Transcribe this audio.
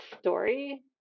story